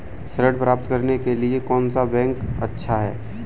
ऋण प्राप्त करने के लिए कौन सा बैंक अच्छा है?